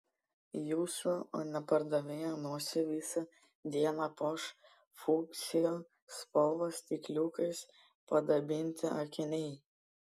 jūsų o ne pardavėjo nosį visą dieną puoš fuksijų spalvos stikliukais padabinti akiniai